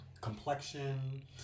complexion